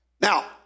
Now